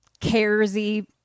Caresy